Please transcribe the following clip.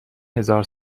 هزار